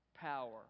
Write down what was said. Power